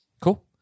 Cool